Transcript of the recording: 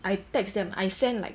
I text them I send like